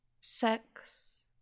sex